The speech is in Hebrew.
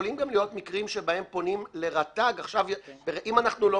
יכולים להיות גם מקרים שבהם פונים לרט"ג אם אנחנו לא